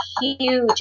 huge